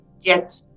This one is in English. get